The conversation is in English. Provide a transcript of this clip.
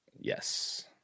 Yes